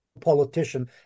politician